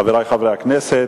חברי חברי הכנסת,